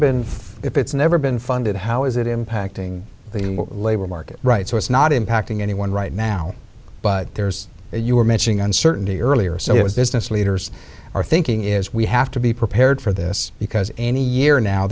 been if it's never been funded how is it impacting the labor market right so it's not impacting anyone right now but there's a you were mentioning uncertainty earlier so it was business leaders are thinking is we have to be prepared for this because any year now